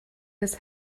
his